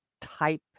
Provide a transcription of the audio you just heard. type